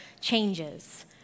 changes